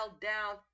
down